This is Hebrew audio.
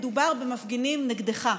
מדובר במפגינים נגדך,